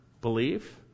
believe